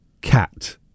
cat